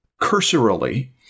cursorily